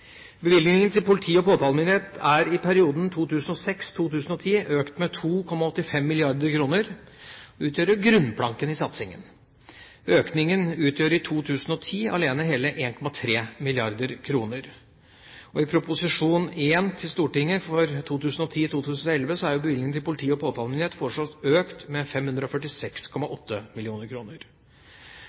til politi- og påtalemyndighet er i perioden 2006–2010 økt med 2,85 mrd. kr – og utgjør grunnplanken i satsingen. Økningen utgjør i 2010 alene hele 1,3 mrd. kr. I Prop. 1 S for 2010–2011 er bevilgningen til politi- og påtalemyndighet foreslått økt med 546,8